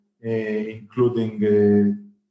Including